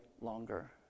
longer